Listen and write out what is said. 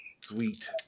Sweet